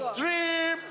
dream